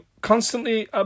constantly